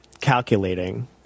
calculating